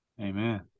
Amen